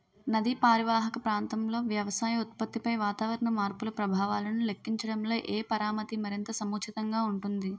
నదీ పరీవాహక ప్రాంతంలో వ్యవసాయ ఉత్పత్తిపై వాతావరణ మార్పుల ప్రభావాలను లెక్కించడంలో ఏ పరామితి మరింత సముచితంగా ఉంటుంది?